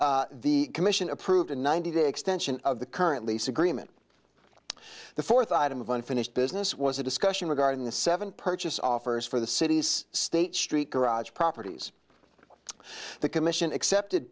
the commission approved a ninety day extension of the current lease agreement the fourth item of unfinished business was a discussion regarding the seven purchase offers for the city's state street garage properties the commission accepted